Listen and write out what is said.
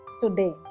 today